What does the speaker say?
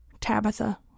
Tabitha